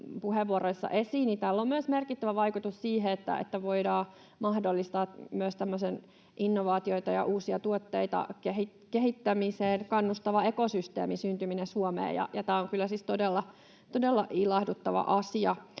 puheenvuoroissa esiin, tällä on myös merkittävä vaikutus siihen, että voidaan mahdollistaa myös tämmöisten innovaatioiden ja uusien tuotteiden kehittämiseen kannustavan ekosysteemin syntyminen Suomeen. Tämä on kyllä siis todella ilahduttava asia,